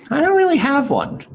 i don't really have one.